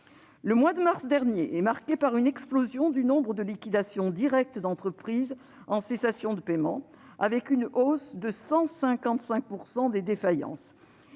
Le mois de mars dernier a été marqué par une explosion du nombre de liquidations directes d'entreprises en cessation de paiements, avec une hausse de 155 % des défaillances.